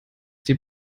die